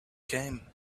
came